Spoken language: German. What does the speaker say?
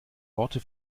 worte